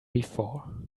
before